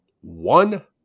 one